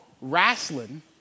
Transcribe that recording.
Wrestling